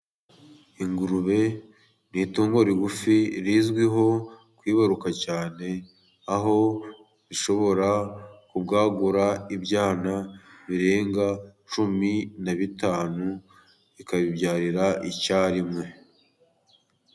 Ingurube ni itungo rigufi rizwiho kwibaruka cyane, aho ishobora kubwagura ibyana birenga cumi na bitanu, ikabibyarira icyarimwe.